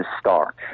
star